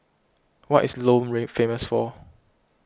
what is Lome famous for